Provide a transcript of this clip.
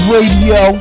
Radio